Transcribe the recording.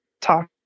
talk